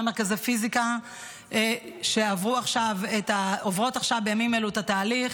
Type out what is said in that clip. מרכזי פיזיקה שעוברות בימים אלו את התהליך: